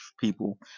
people